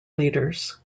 leaders